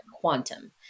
quantum